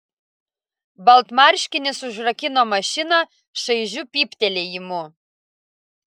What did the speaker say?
baltmarškinis užrakino mašiną šaižiu pyptelėjimu